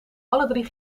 alledrie